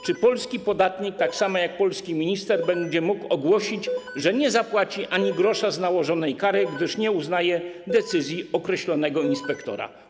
Czy polski podatnik tak samo jak polski minister będzie mógł ogłosić, że nie zapłaci ani grosza z nałożonej kary, gdyż nie uznaje decyzji określonego inspektora?